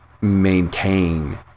maintain